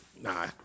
nah